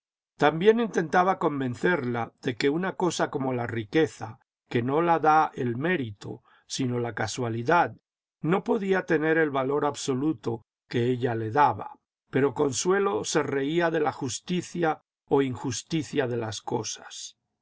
también intentaba convencerla de que una cosa como la riqueza que no la da el mérito sino la casualidad no podía tener el valor absoluto que ella le daba pero consuelo se reía de la justicia o injusticia de las cosas